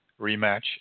rematch